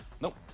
Nope